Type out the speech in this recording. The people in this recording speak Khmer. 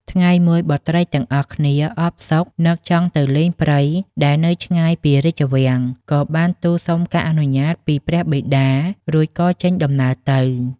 ថ្ងៃមួយបុត្រីទាំងអស់គ្នាអផ្សុកនឹកចង់ទៅលេងព្រៃដែលនៅឆ្ងាយពីរាជវាំង ក៏បានទូលសុំការអនុញ្ញាតពីព្រះបិតា រួចក៏ចេញដំណើរទៅ។